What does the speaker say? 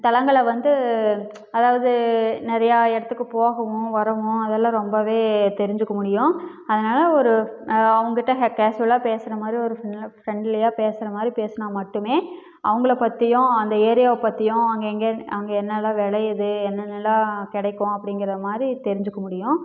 தலங்களை வந்து அதாவது நிறையா இடத்துக்கு போகவும் வரவும் அதெல்லாம் ரொம்பவே தெரிஞ்சுக்க முடியும் அதனால் ஒரு அவங்ககிட்ட கே கேஷ்வலாக பேசுகிறமாரி ஒரு ஃபிரண்ட்லியாக பேசுகிறமாரி பேசினா மட்டுமே அவங்களை பற்றியும் அந்த ஏரியாவை பற்றியும் அங்கே எங்கே அங்கே என்னலாம் விளையுது அங்கே என்னென்னலாம் கிடைக்கும் அப்படிங்குற மாதிரி தெரிஞ்சுக்க முடியும்